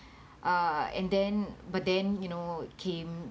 uh and then but then you know came